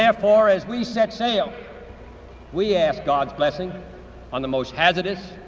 therefore as we set sail we asked god blessing on the most hazardous,